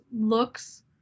looks